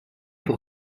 pour